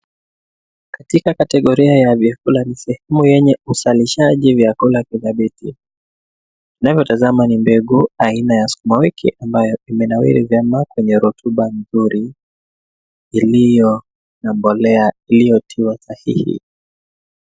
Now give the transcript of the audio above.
Katika kategoria ya vyakula mzee, mfumo yenye uzalishaji wa chakula dhabiti. Tunayotazama ni mbegu aina ya sukuma wiki ama ya vinawiri, kwenye rutuba mzuri iliyo na mbolea iliyotiwa sahihi.